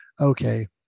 okay